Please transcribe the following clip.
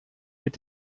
mit